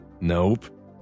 Nope